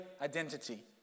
identity